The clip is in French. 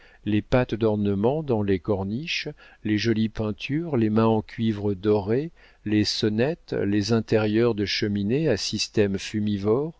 les pâtes d'ornement dans les corniches les jolies peintures les mains en cuivre doré les sonnettes les intérieurs de cheminée à systèmes